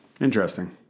Interesting